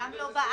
וגם לא בארבע,